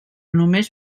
només